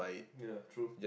ya true